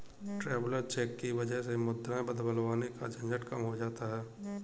traveller cheque की वजह से मुद्राएं बदलवाने का झंझट कम हो जाता है